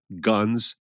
guns